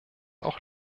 auch